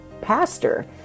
pastor